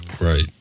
Right